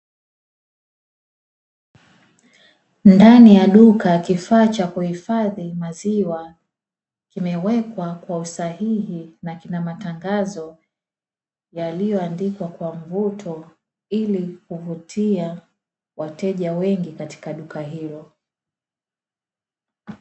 Ndani ya duka kifaa cha kuhifadhi maziwa, kimewekwa kwa usahihi na kina matangazo yaliyoandikwa kwa mvuto ili kuvutia wateja wengi katika duka hilo.